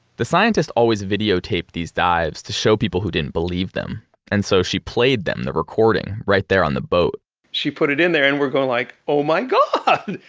the scientists always videotaped these dives to show people who didn't believe them and so she played them the recording right there on the boat she put it in there and we're going like, oh my god,